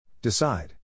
Decide